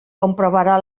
comprovarà